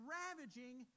ravaging